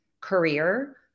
career